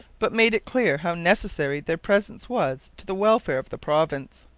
but made it clear how necessary their presence was to the welfare of the province.